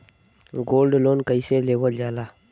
Gold loan कईसे लेवल जा ला?